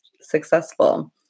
successful